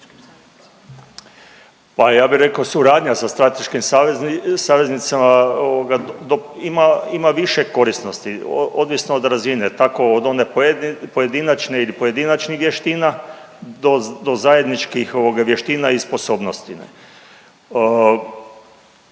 Pa ja bi rekao suradnja sa strateškim saveznicama ovoga, ima, ima više korisnosti ovisno od razine, tako od one pojedinačne ili pojedinačnih vještina do zajedničkih ovoga vještina i sposobnosti.